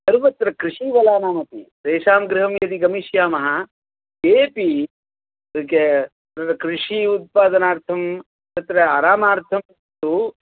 सर्वत्र कृषीवलानामपि तेषां गृहं यदि गमिष्यामः तेपि कृषि उत्पादनार्थं तत्र आरामार्थं तु